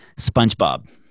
Spongebob